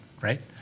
right